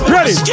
Ready